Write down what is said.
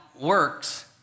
works